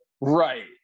Right